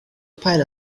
pile